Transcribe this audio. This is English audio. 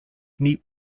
neat